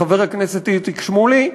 חבר הכנסת איציק שמולי,